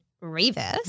reverse